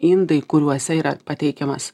indai kuriuose yra pateikiamas